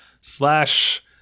slash